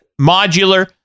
modular